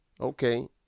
Okay